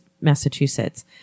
Massachusetts